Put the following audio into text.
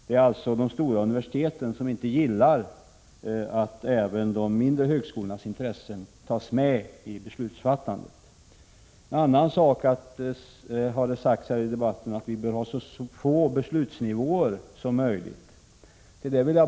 Företrädarna för de stora universiteten gillar alltså inte att även de mindre högskolornas intressen tillgodoses när det gäller beslutsfattandet. Det har också sagts i debatten att vi bör ha så få beslutsnivåer som möjligt.